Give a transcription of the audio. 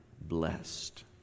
blessed